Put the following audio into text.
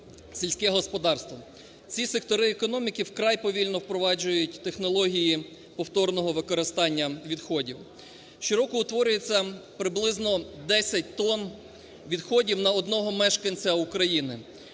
сільське господарство. Ці сектори економіки вкрай повільно впроваджують технології повторного використання відходів. Щороку утворюється приблизно 10 тонн відходів на одного мешканця України.